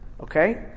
Okay